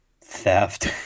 theft